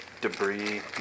debris